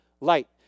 light